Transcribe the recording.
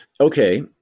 Okay